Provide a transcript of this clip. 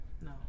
No